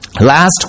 Last